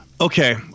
Okay